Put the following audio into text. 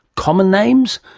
common names,